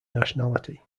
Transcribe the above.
nationality